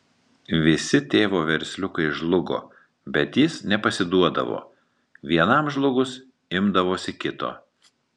visi tėvo versliukai žlugo bet jis nepasiduodavo vienam žlugus imdavosi kito